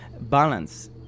balance